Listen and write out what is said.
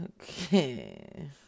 Okay